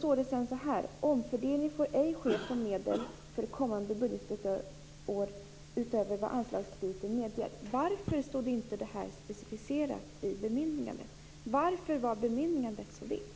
Sedan står det: "Omfördelning får ej ske från medel för kommande budgetår utöver vad anslagskrediten medger." Varför stod inte det här specificerat i bemyndigandet? Varför var bemyndigandet så vitt,